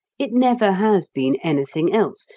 it never has been anything else,